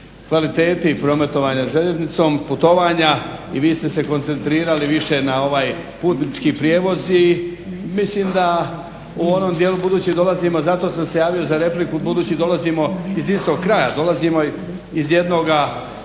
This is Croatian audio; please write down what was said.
kvaliteti prometovanja željeznicom, putovanja i vi ste se koncentrirali više na ovaj putnički prijevoz i mislim da u onom dijelu, budući dolazimo, zato sam se javio za repliku, budući da dolazimo iz istog kraja, dolazimo iz jednoga